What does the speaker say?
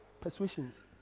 persuasions